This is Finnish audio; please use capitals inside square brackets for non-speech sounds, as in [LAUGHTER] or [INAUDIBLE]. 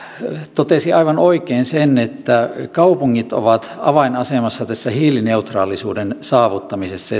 totesi aivan oikein sen että kaupungit ovat avainasemassa tässä hiilineutraalisuuden saavuttamisessa [UNINTELLIGIBLE]